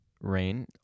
rain